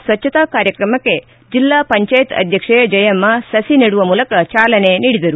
ಸಭ್ಯತಾ ಕಾರ್ಯಕ್ಕೆ ಜಿಲ್ಲಾ ಪಂಚಯತ್ ಅಧ್ಯಕ್ಷೆ ಜಯಮ್ನ ಸಸಿ ನೆಡುವ ಮೂಲಕ ಚಾಲನೆ ನೀಡಿದರು